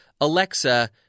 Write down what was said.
Alexa